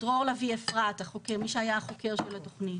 דרור לביא אפרת, מי שהיה החוקר של התכנית.